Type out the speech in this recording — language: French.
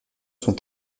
sont